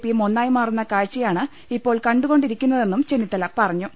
പിയും ഒന്നായി മാറുന്ന കാഴ് ചയാണ് ഇപ്പോൾ കണ്ടുകൊണ്ടിരിക്കുന്നതെന്നും ചെന്നിത്തല പറഞ്ഞു